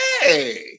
hey